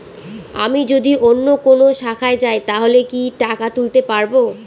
আমি যদি অন্য কোনো শাখায় যাই তাহলে কি টাকা তুলতে পারব?